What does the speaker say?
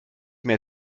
mehr